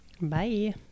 bye